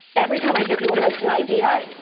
every time i hear people mention idea,